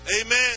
Amen